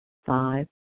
Five